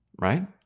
Right